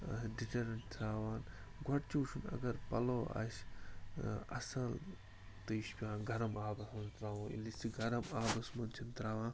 ٲں ڈِٹرجیٚنٛٹ ترٛاوان گۄڈٕ چھُ وُچھُن اگر پَلوٚو آسہِ ٲں اصٕل تہٕ یہِ چھُ پیٚوان گَرم آبَس مَنٛز ترٛاوُن ییٚلہِ أسۍ یہِ گَرم آبَس منٛز چھِنہٕ ترٛاوان